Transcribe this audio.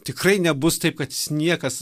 tikrai nebus taip kad niekas